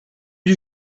des